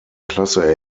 klasse